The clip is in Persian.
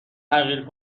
تغییر